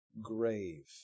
grave